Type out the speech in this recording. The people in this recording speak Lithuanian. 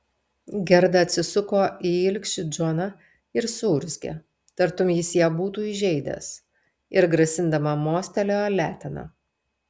gerda atsisuko į ilgšį džoną ir suurzgė tartum jis ją būtų įžeidęs ir grasindama mostelėjo letena